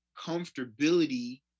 comfortability